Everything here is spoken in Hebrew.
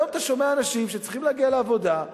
היום אתה שומע אנשים שצריכים להגיע לעבודה,